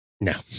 No